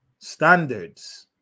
standards